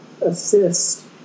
assist